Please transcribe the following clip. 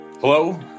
Hello